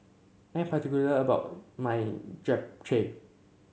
I'm particular about my Japchae